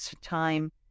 time